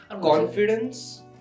Confidence